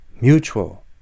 Mutual